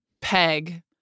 peg